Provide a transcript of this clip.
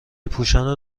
پوشان